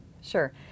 Sure